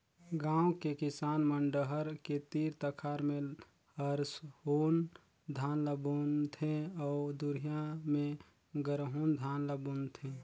गांव के किसान मन डहर के तीर तखार में हरहून धान ल बुन थें अउ दूरिहा में गरहून धान ल बून थे